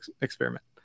experiment